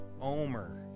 omer